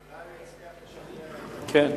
אולי הוא יצליח לשכנע, כן.